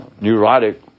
neurotic